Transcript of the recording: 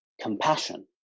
compassion